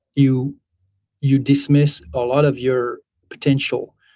you you dismiss a lot of your potential,